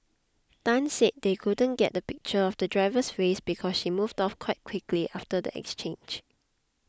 Tan said they couldn't get the pictures of the driver's face because she moved off quite quickly after the exchange